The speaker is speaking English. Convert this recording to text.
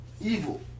evil